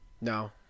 No